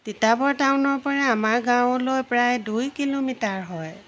তিতাবৰ টাউনৰ পৰা আমাৰ গাঁৱলৈ প্ৰায় দুই কিলোমিটাৰ হয়